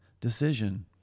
decision